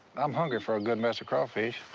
i'm hungry for a good mess of crawfish.